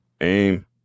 aim